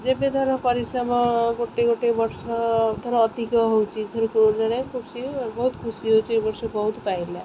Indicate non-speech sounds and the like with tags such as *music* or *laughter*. ଯେବେ ଧର ପରିଶ୍ରମ ଗୋଟେ ଗୋଟେ ବର୍ଷ ଧର ଅଧିକ ହେଉଛି *unintelligible* ଜଣେ ଖୁସି ବହୁତ ଖୁସି ହେଉଛି ଏ ବର୍ଷ ବହୁତ ପାଇଲା